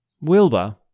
Wilbur